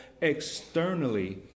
externally